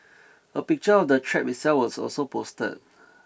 a picture of the trap itself was also posted